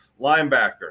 linebacker